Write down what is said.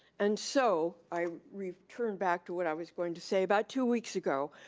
and so, i return back to what i was going to say. about two weeks ago,